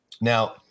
Now